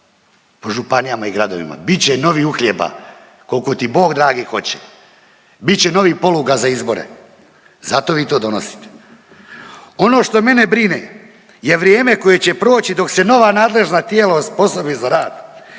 po županijama i gradovima, bit će novih uhljeba, koliko ti Bog dragi hoće. Bit će novih poluga za izbore. Zato vi to donosite. Ono što mene brine je vrijeme koje će proći dok se nova nadležna tijela osposobe za rad.